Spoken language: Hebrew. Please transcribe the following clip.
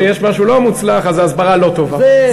וכשיש משהו לא מוצלח, אז ההסברה לא טובה.